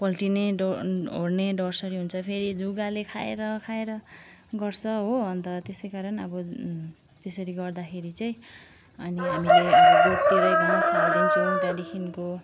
पल्टिने ड ओर्ने डरसरी हुन्छ फेरि जुगाले खाएर खाएर गर्छ हो अन्त त्यसै कारण अब त्यसरी गर्दाखेरि चाहिँ अनि हामीले घाँस हाल्दिन्छौँ त्यहाँदेखिन्को